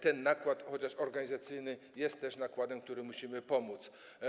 Ten nakład, chociaż organizacyjny, jest też nakładem, który musimy ponieść.